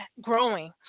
growing